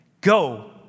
go